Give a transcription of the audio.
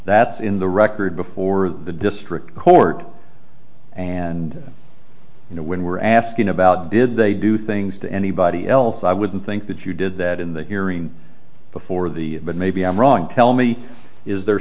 that's in the record before the district court and you know when we're asking about did they do things to anybody else i wouldn't think that you did that in the hearing before the but maybe i'm wrong tell me is there